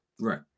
Right